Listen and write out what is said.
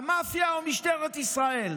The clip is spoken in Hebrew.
המאפיה או משטרת ישראל?